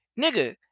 nigga